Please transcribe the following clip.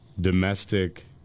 domestic